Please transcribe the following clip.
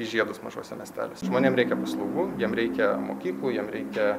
žiedus mažuose miesteliuose žmonėm reikia paslaugų jiem reikia mokyklų jiem reikia